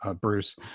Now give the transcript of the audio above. Bruce